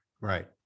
right